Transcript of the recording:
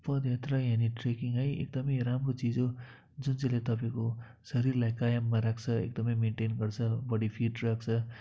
पदयात्रा यानी ट्रेकिङ है एकदमै राम्रो चिज हो जुन चाहिँले तपाईँको शरीरलाई कायममा राख्छ एकदमै मेनटेन गर्छ बडी फिट राख्छ